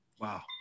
Wow